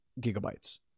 gigabytes